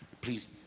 Please